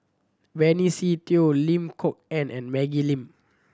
Benny Se Teo Lim Kok Ann and Maggie Lim